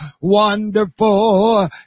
wonderful